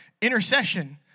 intercession